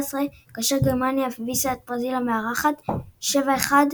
כאשר גרמניה הביסה את ברזיל המארחת 17,